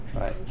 Right